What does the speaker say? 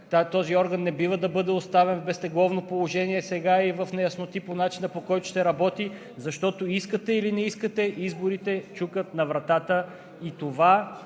Този орган не бива сега да бъде оставян в безтегловно положение и в неясноти по начина, по който ще работи, защото искате или не искате, изборите чукат на вратата и това